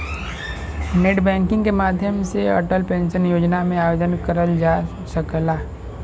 net banking के माध्यम से अटल पेंशन योजना में आवेदन करल जा सकला